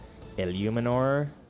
Illuminor